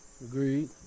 Agreed